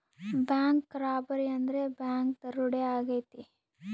bank robbery ಅಂದ್ರೆ bank ದರೋಡೆ ಆಗೈತೆ